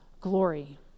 glory